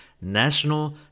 National